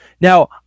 Now